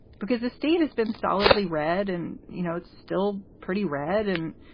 because the state has been solidly red and, you know, it's still pretty red and,